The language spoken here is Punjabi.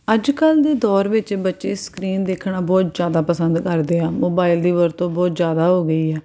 ਅੱਜ ਕੱਲ੍ਹ ਦੇ ਦੌਰ ਵਿੱਚ ਬੱਚੇ ਸਕਰੀਨ ਦੇਖਣਾ ਬਹੁਤ ਜ਼ਿਆਦਾ ਪਸੰਦ ਕਰਦੇ ਆ ਮੋਬਾਈਲ ਦੀ ਵਰਤੋਂ ਬਹੁਤ ਜ਼ਿਆਦਾ ਹੋ ਗਈ ਆ